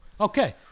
Okay